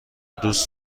دوست